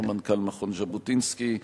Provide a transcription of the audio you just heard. היום מנכ"ל מכון ז'בוטינסקי,